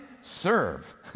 serve